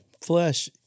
flesh